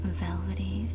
velvety